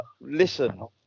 listen